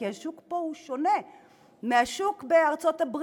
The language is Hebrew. כי השוק פה שונה מהשוק בארצות-הברית.